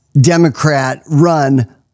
Democrat-run